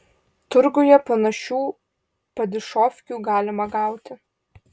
turguje panašių padišofkių galima gauti